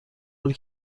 حالی